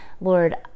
Lord